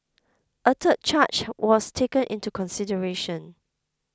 a third charge was taken into consideration